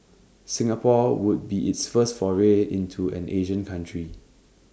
Singapore would be its first foray into an Asian country